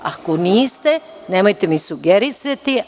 Ako niste, nemojte mi sugerisati.